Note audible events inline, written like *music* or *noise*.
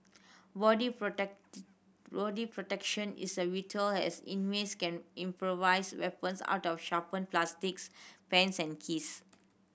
body *unintelligible* body protection is a vital as inmates can improvise weapons out of sharpened plastics pens and keys